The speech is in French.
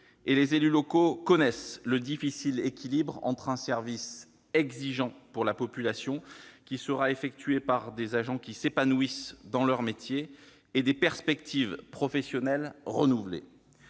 et les élus locaux connaissent le difficile équilibre entre un service exigeant pour la population, qui sera effectué par des agents qui s'épanouissent dans leur métier, et des perspectives professionnelles renouvelées.